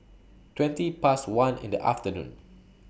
twenty Past one in The afternoon